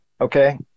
Okay